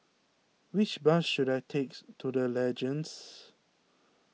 which bus should I takes to the Legends